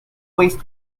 waste